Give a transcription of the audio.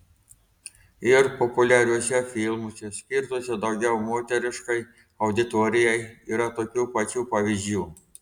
ir populiariuose filmuose skirtuose daugiau moteriškai auditorijai yra tokių pačių pavyzdžių